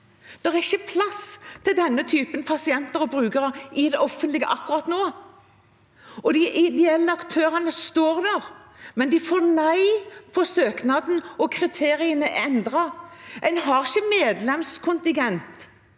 Det er ikke plass til denne typen pasienter og brukere i det offentlige akkurat nå. De ideelle aktørene står der, men de får nei på søknaden, og kriteriene er endret. En betaler f.eks. ikke medlemskontingent